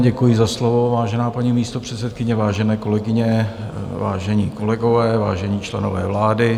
Děkuji za slovo, vážená paní místopředsedkyně, vážené kolegyně, vážení kolegové, vážení členové vlády.